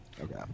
Okay